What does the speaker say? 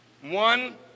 One